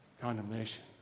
condemnation